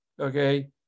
okay